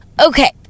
Okay